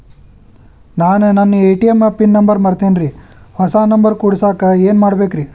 ನಾನು ನನ್ನ ATM pin number ಮರ್ತೇನ್ರಿ, ಹೊಸಾ ನಂಬರ್ ಕುಡಸಾಕ್ ಏನ್ ಮಾಡ್ಬೇಕ್ರಿ?